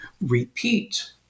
repeat